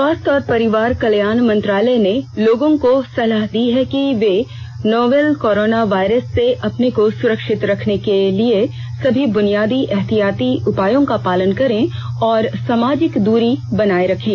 स्वास्थ्य और परिवार कल्याण मंत्रालय ने लोगों को सलाह दी है कि वे नोवल कोरोना वायरस से अपने को सुरक्षित रखने के लिए सभी बुनियादी एहतियाती उपायों का पालन करें और सामाजिक दूरी बनाए रखें